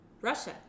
Russia